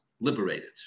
liberated